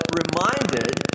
reminded